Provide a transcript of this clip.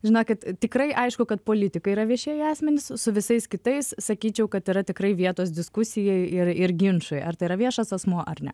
žinokit tikrai aišku kad politikai yra viešieji asmenys su visais kitais sakyčiau kad yra tikrai vietos diskusijai ir ir ginčui ar tai yra viešas asmuo ar ne